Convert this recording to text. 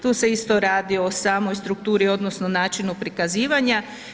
Tu se isto radi o samoj strukturi odnosno načinu prikazivanja.